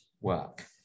work